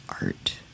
art